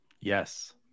Yes